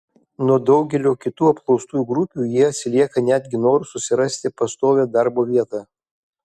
nuo daugelių kitų apklaustųjų grupių jie atsilieka netgi noru susirasti pastovią darbo vietą